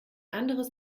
anderes